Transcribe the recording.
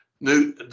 new